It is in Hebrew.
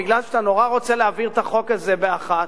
כי אתה נורא רוצה להעביר את החוק הזה באחת,